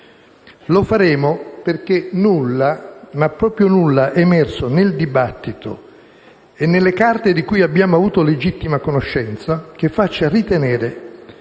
Lo faremo perché nulla, ma proprio nulla è emerso, nel dibattito e nelle carte di cui abbiamo avuto legittima conoscenza che faccia ritenere